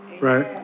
right